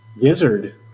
Gizzard